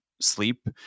sleep